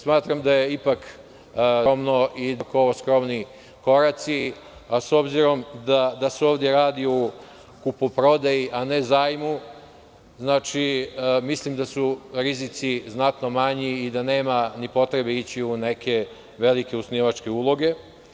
Smatram da je ipak faktoring tržište dosta skromno i da su ipak ovo skromni koraci, a s obzirom da se ovde radi o kupoprodaji, a ne zajmu, mislim da su rizici znatno manji i da nema ni potrebe ići u neke velike osnivačke uloge.